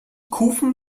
kufen